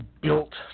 built